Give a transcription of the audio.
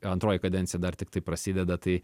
antroji kadencija dar tiktai prasideda tai